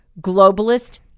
globalist